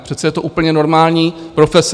Přece je to úplně normální profese.